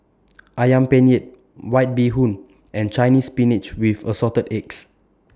Ayam Penyet White Bee Hoon and Chinese Spinach with Assorted Eggs